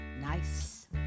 Nice